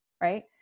right